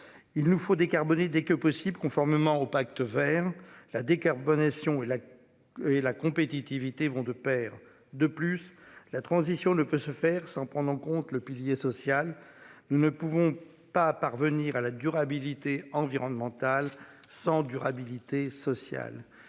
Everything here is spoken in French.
Il nous faut décarboner dès que possible, conformément au Pacte Vert la décarbonation et la. Et la compétitivité vont de Pair. De plus la transition ne peut se faire sans prendre en compte le pilier social. Nous ne pouvons pas parvenir à la durabilité environnementale 100 durabilité sociale.